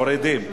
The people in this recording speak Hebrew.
מורידים.